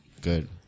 Good